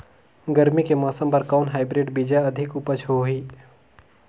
गरमी के मौसम बर कौन हाईब्रिड बीजा अधिक उपज होही?